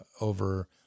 over